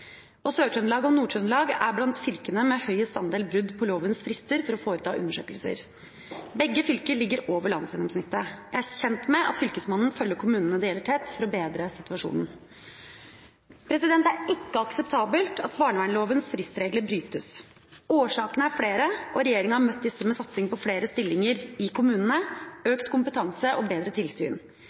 og Nord-Trøndelag er blant fylkene med høyest andel brudd på lovens frister for å foreta undersøkelser. Begge fylkene ligger over landsgjennomsnittet. Jeg er kjent med at Fylkesmannen følger kommunene det gjelder, tett, for å bedre situasjonen. Det er ikke akseptabelt at barnevernlovens fristregler brytes. Årsakene er flere, og regjeringa har møtt disse med satsing på flere stillinger i kommunene, økt kompetanse og bedre tilsyn.